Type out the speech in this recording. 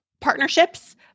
partnerships